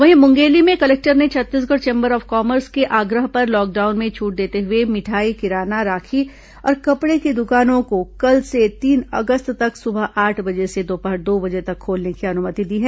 वहीं मुंगेली में कलेक्टर ने छत्तीसगढ़ चेम्बर ऑफ कामर्स के आग्रह पर लॉकडाउन में छूट देते हुए मिठाई किराना राखी और कपड़े की दुकानों को कल से तीन अगस्त तक सुबह आठ बजे से दोपहर दो बजे तक खोलने की अनुमति दी है